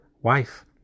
wife